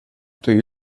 对于